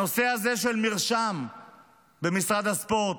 הנושא הזה של מרשם במשרד הספורט,